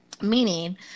Meaning